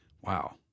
Wow